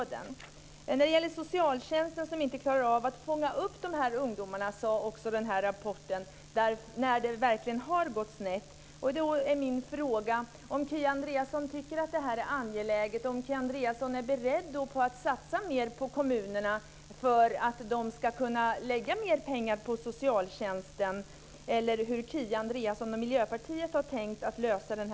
I rapporten sade man också att socialtjänsten inte klarar av att fånga upp de här ungdomarna när det verkligen har gått snett. Då är min fråga om Kia Andreasson tycker att det här är angeläget. Är Kia Andreasson i så fall beredd att satsa mer på kommunerna för att de ska kunna satsa mer pengar på socialtjänsten, eller hur har Kia Andreasson och Miljöpartiet tänkt lösa frågan?